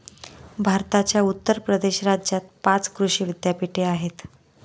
भारताच्या उत्तर प्रदेश राज्यात पाच कृषी विद्यापीठे आहेत